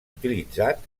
utilitzat